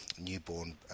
newborn